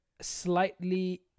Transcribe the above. slightly